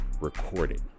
recorded